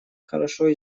хорошо